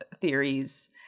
theories